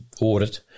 audit